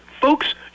Folks